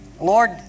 Lord